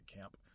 camp